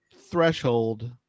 threshold